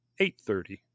8.30